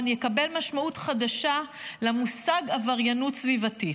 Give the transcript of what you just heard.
יקבל משמעות חדשה למושג עבריינות סביבתית.